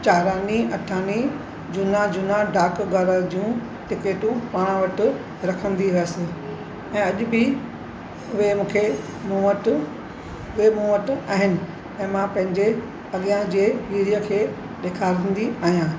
चारानी अठानी झूना झूना डाकघर जूं टिकेटूं पाण वटि रखंदी हुयसि ऐं अॼु बि उहे मूंखे मूं वटि उहे मूं वटि आहिनि ऐं मां पंहिंजे अॻियां जे पीड़ीअ खे ॾेखारींदी आहियां